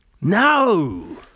No